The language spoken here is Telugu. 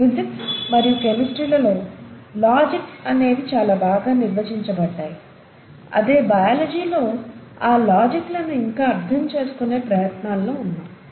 ఫిజిక్స్ మరియు కెమిస్ట్రీలలో లాజిక్స్ అనేవి చాలా బాగా నిర్వచించబడ్డాయి అదే బయాలజీలో ఆ లాజిక్లను ఇంకా అర్థం చేసుకునే ప్రయత్నాల్లో ఉన్నాము